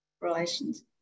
relations